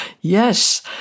Yes